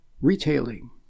retailing